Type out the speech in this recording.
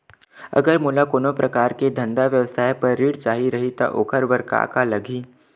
अगर मोला कोनो प्रकार के धंधा व्यवसाय पर ऋण चाही रहि त ओखर बर का का लगही?